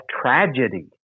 tragedy